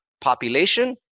population